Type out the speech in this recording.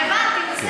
אבל הבנתי,